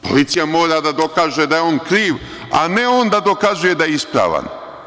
Policija mora da dokaže da je on kriv, a ne on da dokazuje da je ispravan.